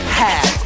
hat